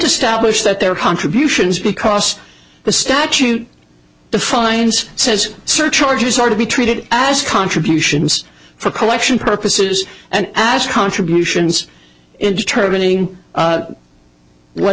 establish that their contributions because the statute the fines says surcharges are to be treated as contributions for collection purposes and ask contributions in determining what